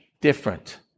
different